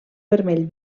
vermell